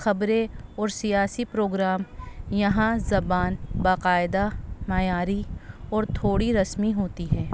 خبریں اور سیاسی پروگرام یہاں زبان باقاعدہ معیاری اور تھوڑی رسمی ہوتی ہے